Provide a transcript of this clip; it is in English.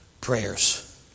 prayers